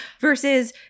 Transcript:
versus